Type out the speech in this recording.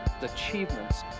Achievements